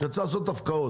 שצריך לעשות הפקעות.